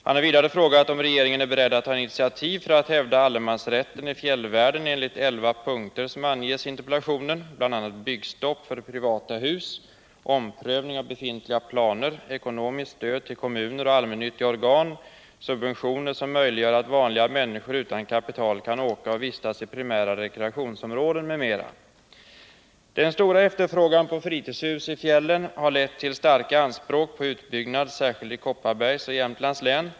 Han har vidare frågat om regeringen är beredd att ta initiativ för att hävda allemansrätten i fjällvärlden enligt 11 punkter som anges i interpellationen, bl.a. byggstopp för privata hus, omprövning av befintliga planer, ekonomiskt stöd till kommuner och allmännyttiga organ, subventioner som möjliggör att vanliga människor utan kapital kan åka och vistas i primära rekreationsområden, m.m. Den stora efterfrågan på fritidshus i fjällen har lett till starka anspråk på utbyggnad särskilt i Kopparbergs och Jämtlands län.